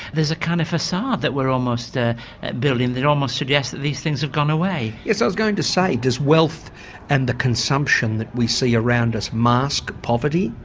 there's a kind of facade that we're almost ah ah building that almost suggests that these things have gone away. yes i was going to say, does wealth and the consumption that we see around us mask poverty?